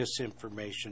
disinformation